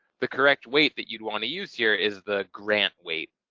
the correct weight that you'd want to use here is the grant weight